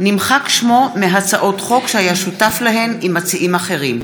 נמחק שמו מהצעות חוק שהיה שותף להן עם מציעים אחרים.